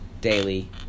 daily